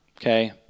okay